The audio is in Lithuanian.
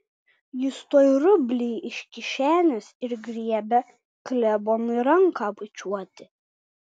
jis tuoj rublį iš kišenės ir griebia klebonui ranką bučiuoti